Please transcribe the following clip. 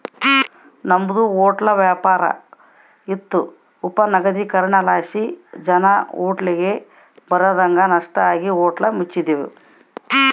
ನಮ್ದು ಹೊಟ್ಲ ವ್ಯಾಪಾರ ಇತ್ತು ಅಪನಗದೀಕರಣಲಾಸಿ ಜನ ಹೋಟ್ಲಿಗ್ ಬರದಂಗ ನಷ್ಟ ಆಗಿ ಹೋಟ್ಲ ಮುಚ್ಚಿದ್ವಿ